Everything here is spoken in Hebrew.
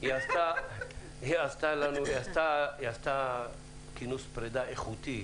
היא עשתה כינוס פרידה איכותי,